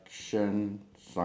well the dog